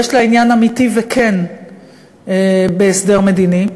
יש לה עניין אמיתי וכן בהסדר מדיני,